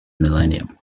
millennium